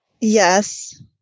Yes